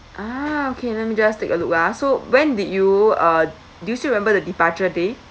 ah okay let me just take a look ah so when did you uh do you still remember the departure day